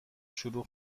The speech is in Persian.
شروع